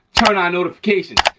turn on notifications.